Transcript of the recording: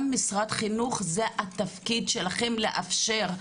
גם משרד חינוך, זה התפקיד שלכם לאפשר.